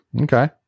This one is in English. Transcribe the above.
Okay